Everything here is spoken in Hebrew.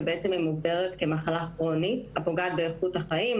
ובעצם היא מוגדרת כמחלה כרונית הפוגעת באיכות החיים,